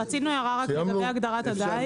רצינו רק הערה לגבי הגדרת הדייג.